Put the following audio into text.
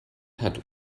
hat